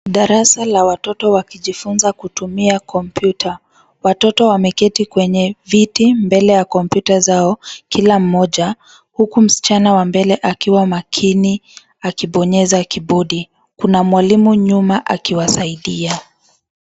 Darasa la watoto wakijifunza kutumia kompyuta. Watoto wameketi kwenye viti mbele ya kompyuta zao kila mmoja huku msichana wa mbele akiwa makini akibonyeza kibodi. Kuna mwalimu nyuma akiwasaidia.